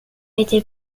été